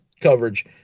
coverage